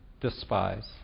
despise